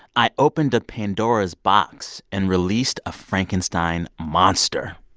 i opened a pandora's box and released a frankenstein monster.